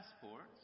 passports